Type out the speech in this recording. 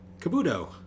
Kabuto